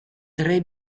tre